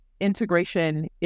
integration